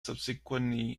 subsequently